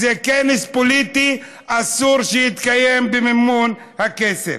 זה כנס פוליטי, אסור שיתקיים במימון, הכסף.